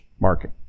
market